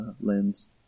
lens